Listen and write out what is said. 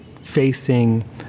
facing